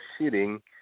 sitting